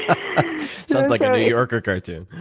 so like a new yorker cartoon.